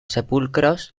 sepulcros